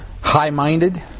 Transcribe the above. high-minded